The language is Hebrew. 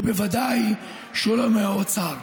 וודאי שלא מהאוצר.